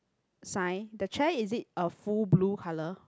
sign the chair is it a full blue colour